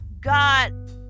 God